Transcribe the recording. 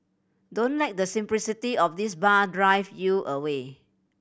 don't let the simplicity of this bar drive you away